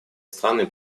страны